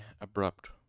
abrupt